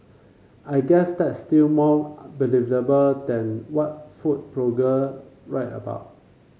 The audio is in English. I guess that's still more believable than what food blogger write about